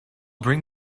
bring